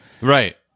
Right